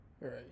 right